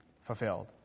fulfilled